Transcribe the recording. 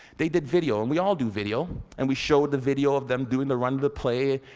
they did video, and we all do video. and we show the video of them doing the run of the play